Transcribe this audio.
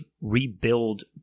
rebuild